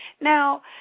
Now